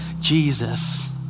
Jesus